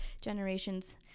generations